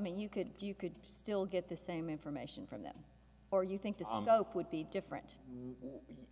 mean you could you could still get the same information from them or you think this would be different